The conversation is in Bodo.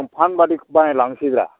दंफां बायदि बानाय लांसै ब्रा